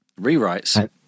Rewrites